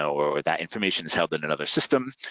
so or that information's held in another system.